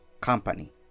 company